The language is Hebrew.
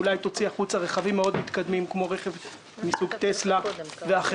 שאולי תוציא החוצה רכבים מתקדמים מאוד כמו רכב מסוג טסלה ואחרים,